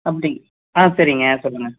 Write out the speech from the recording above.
அப்படி ஆ சரிங்க சொல்லுங்கள்